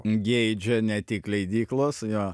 geidžia ne tik leidyklos jo